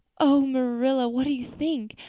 oh, marilla, what do you think?